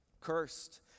Cursed